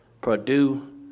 Purdue